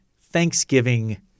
Thanksgiving